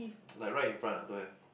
like right in front ah don't have